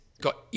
got